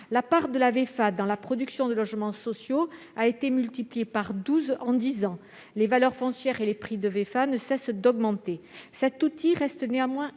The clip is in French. La part de la VEFA dans la production de logements sociaux a été multipliée par douze en dix ans ; les valeurs foncières et les prix de la VEFA ne cessent d'augmenter. Cet outil reste néanmoins